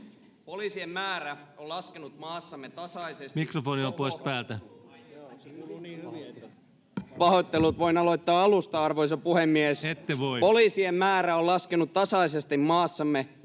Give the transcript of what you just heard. Poliisien määrä on laskenut maassamme tasaisesti... Pahoittelut! Voin aloittaa alusta, arvoisa puhemies. [Naurua — Välihuutoja] Poliisien määrä on laskenut tasaisesti maassamme